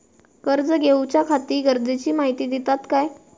कर्ज घेऊच्याखाती गरजेची माहिती दितात काय?